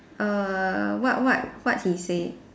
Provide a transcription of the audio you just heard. err what what what he say